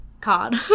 Card